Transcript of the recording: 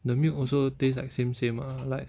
the milk also tastes like same same ah like